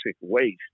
waste